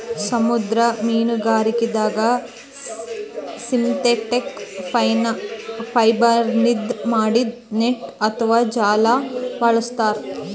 ಸಮುದ್ರ ಮೀನ್ಗಾರಿಕೆದಾಗ್ ಸಿಂಥೆಟಿಕ್ ಫೈಬರ್ನಿಂದ್ ಮಾಡಿದ್ದ್ ನೆಟ್ಟ್ ಅಥವಾ ಜಾಲ ಬಳಸ್ತಾರ್